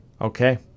Okay